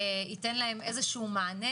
ייתן להם מענה?